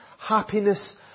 happiness